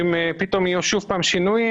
אם יהיו עוד שוב פעם שינויים,